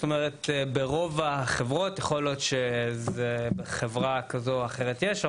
יכול להיות שבחברה כזאת או אחרת יש,